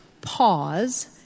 pause